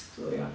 so ya